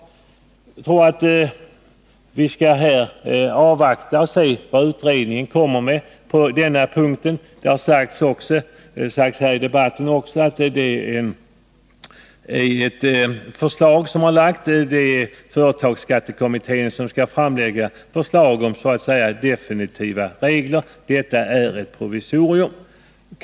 Jag anser att vi skall avvakta och se vad utredningen kommer med på denna punkt. Det har också sagts i debatten att det är företagsskattekommittén som skall framlägga förslag om definitiva regler — detta är ett provisorium.